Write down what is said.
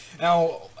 Now